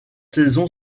saison